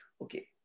Okay